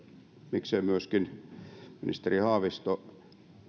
miksei myöskin ministeri haavisto